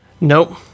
Nope